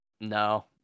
No